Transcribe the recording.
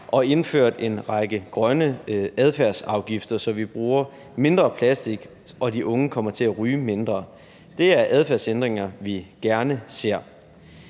og indført en række grønne adfærdsafgifter, så vi bruger mindre plastik og de unge kommer til at ryge mindre. Det er adfærdsændringer, vi gerne ser.